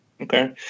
Okay